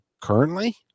currently